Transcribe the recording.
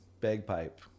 bagpipe